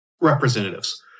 representatives